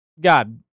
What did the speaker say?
God